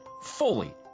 fully